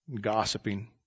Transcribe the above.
gossiping